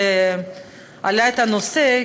שהעלה את הנושא,